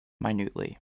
minutely